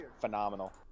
phenomenal